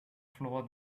floor